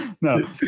No